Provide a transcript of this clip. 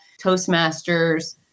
Toastmasters